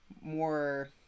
more